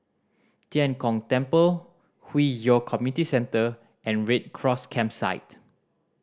Tian Kong Temple Hwi Yoh Community Centre and Red Cross Campsite